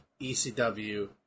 ECW